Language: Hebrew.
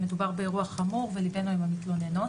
שמדובר באירוע חמור וליבנו עם המתלוננות,